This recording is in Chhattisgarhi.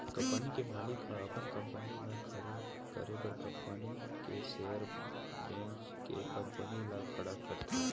कंपनी के मालिक ह अपन कंपनी ल खड़े करे बर कंपनी के सेयर बेंच के कंपनी ल खड़ा करथे